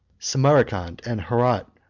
samarcand, and herat,